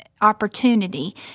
opportunity